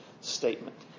statement